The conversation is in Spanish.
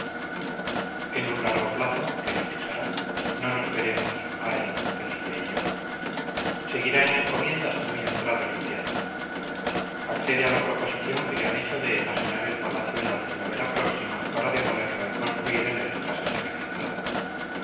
en un largo plazo que él fijará no nos veremos ay felipe y yo seguirá en la encomienda hasta muy entrado el invierno accede a la proposición que le han hecho de enajenar el palacio en la primavera próxima para demolerlo y construir en él casas de vecindad